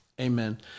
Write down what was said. Amen